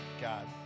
God